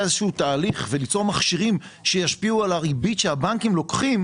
איזה שהוא תהליך וליצור מכשירים שישפיעו על הריבית שהבנקים לוקחים,